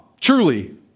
truly